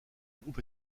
groupe